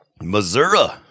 Missouri